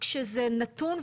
שזה נתון,